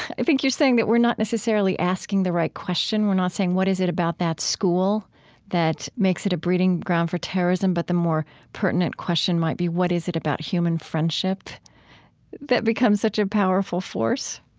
i think you're saying that we're not necessarily asking the right questions, we're not saying, what is it about that school that makes it a breeding ground for terrorism? but the more pertinent question might be, what is it about human friendship that becomes such a powerful force?